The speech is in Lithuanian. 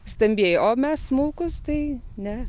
stambieji o mes smulkūs tai ne